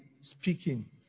speaking